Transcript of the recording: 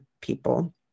people